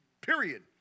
period